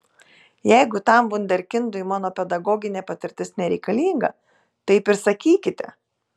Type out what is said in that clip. jeigu tam vunderkindui mano pedagoginė patirtis nereikalinga taip ir sakykite